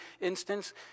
instance